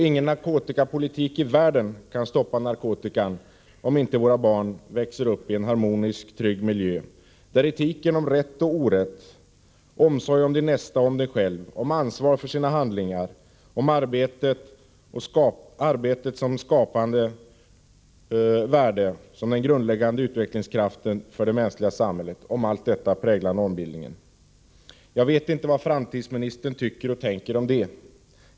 Ingen narkotikapolitik i världen kan stoppa narkotikan, om inte våra barn växer uppien harmonisk, trygg miljö, där etiken om rätt och orätt, omsorg om din nästa och om dig själv, om ansvar för sina handlingar och om arbetet som skapande värde och som den grundläggande utvecklingskraften för det mänskliga samhället präglar normbildningen. Jag vet inte vad framtidsministern tycker och tänker om detta.